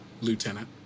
Lieutenant